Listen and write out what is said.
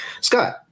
Scott